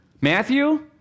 Matthew